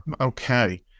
Okay